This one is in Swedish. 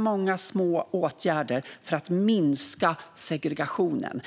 många små åtgärder för att minska segregationen.